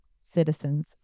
citizens